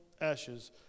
ashes